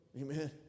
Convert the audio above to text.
Amen